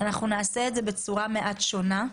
נעשה את זה בצורה מעט שונה,